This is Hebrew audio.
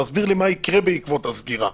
תסביר לי מה יקרה בעקבות הסגירה.